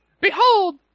Behold